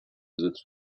besitz